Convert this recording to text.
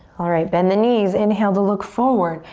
alright, bend the knees. inhale to look forward.